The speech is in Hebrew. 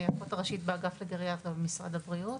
אני אחות ראשית באגף לגריאטריה במשרד הבריאות